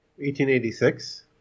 1886